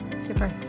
Super